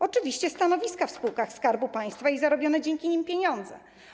Oczywiście stanowiska w spółkach Skarbu Państwa i zarobione dzięki nim pieniądze.